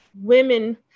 women